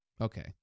Okay